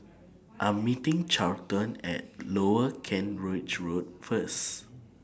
I Am meeting Charlton At Lower Kent Ridge Road First